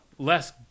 less